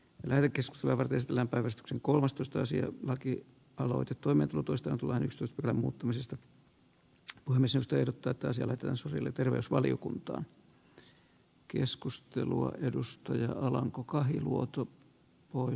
energiset levät esitellä vahvistuksen kolmastoista sija vaki aloitettua metrotoistatuhanneksi remu varsinkin kun otetaan huomioon kuinka suuri merkitys pankkien rahoitukselle talletuksilla nimenomaan suomessa edelleenkin on